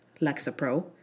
Lexapro